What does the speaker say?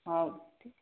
ହଉ ଠିକ୍